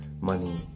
money